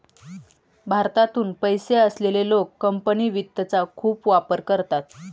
भारतातून पैसे असलेले लोक कंपनी वित्तचा खूप वापर करतात